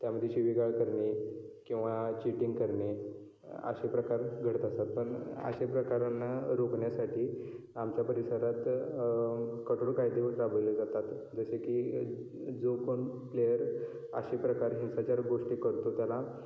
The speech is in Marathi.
त्यामधी शिवीगाळ करणे किंवा चीटिंग करणे असे प्रकार घडत असत पण असे प्रकारांना रोखण्यासाठी आमच्या परिसरात कठोर कायदे राबवले जातात जसे की जो पण प्लेयर असे प्रकारचे हिंसाचारक गोष्टी करतो त्याला